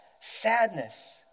sadness